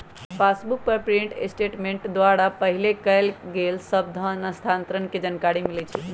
passbook पर print statement द्वारा पहिले कएल गेल सभ धन स्थानान्तरण के जानकारी मिलइ छइ